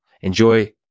Enjoy